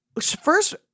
first